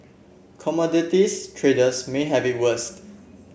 commodities traders may have it worst